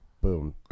boom